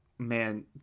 man